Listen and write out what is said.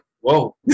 whoa